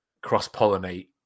cross-pollinate